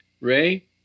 Ray